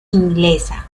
inglesa